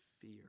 fear